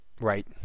Right